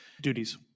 duties